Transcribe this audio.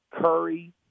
Curry